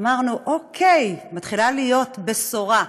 אמרנו: אוקיי, מתחילה להיות בשורה.